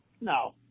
no